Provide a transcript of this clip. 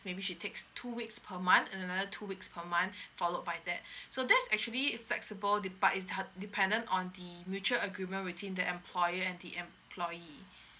maybe she takes two weeks per month and another two weeks per month followed by that so that's actually flexible the but is her dependent on the mutual agreement within the employer and the employee